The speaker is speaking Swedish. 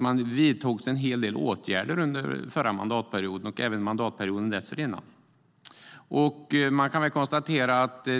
Man vidtog en hel del åtgärder under förra mandatperioden och även under mandatperioden dessförinnan. Det